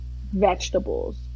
vegetables